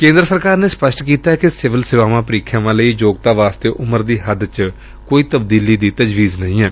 ਕੇਂਦਰ ਸਰਕਾਰ ਨੇ ਸਪਸ਼ਟ ਕੀਤੈ ਕਿ ਸਿਵਲ ਸੇਵਾਵਾਂ ਪ੍ਰੀਖਿਆਵਾਂ ਲਈ ਯੋਗਤਾ ਵਾਸਤੇ ਉਮਰ ਦੀ ਹੱਦ ਚ ਤਬਦੀਲੀ ਦੀ ਕੋਈ ਤਜਵੀਜ਼ ਨਹੀਂ ਏ